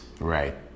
Right